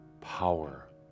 power